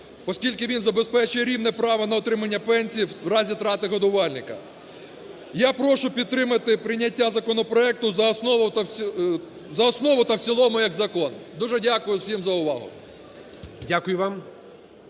оскільки він забезпечує рівне право на отримання пенсій в разі втрати годувальника. Я прошу підтримати прийняття законопроекту за основу та в цілому як закон. Дуже дякую всім за увагу. ГОЛОВУЮЧИЙ.